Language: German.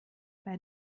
bei